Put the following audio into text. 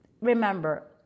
remember